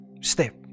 step